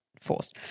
forced